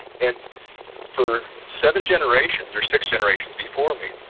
and for seven generations or six generations before me,